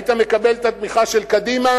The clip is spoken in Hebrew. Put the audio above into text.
היית מקבל את התמיכה של קדימה